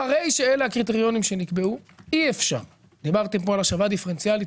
אחרי שאלה הקריטריונים שנקבעו אי-אפשר דיברתם פה על השבה דיפרנציאלית,